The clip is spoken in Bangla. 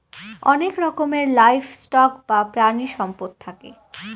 অনেক রকমের লাইভ স্টক বা প্রানীসম্পদ থাকে